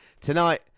tonight